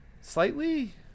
slightly